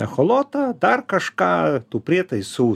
echolotą dar kažką tų prietaisų